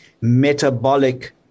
metabolic